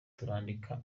turandika